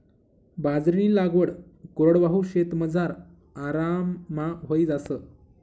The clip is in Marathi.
बाजरीनी लागवड कोरडवाहू शेतमझार आराममा व्हयी जास